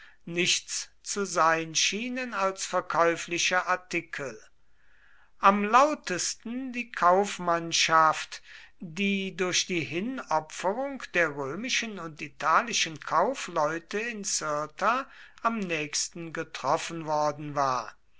nichts zu sein schienen als verkäufliche artikel am lautesten die kaufmannschaft die durch die hinopferung der römischen und italischen kaufleute in cirta am nächsten getroffen worden war